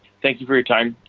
thank you for your time.